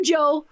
Joe